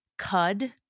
CUD